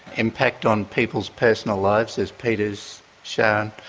impact on people's personal lives, as peter has shown,